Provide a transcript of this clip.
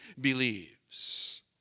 believes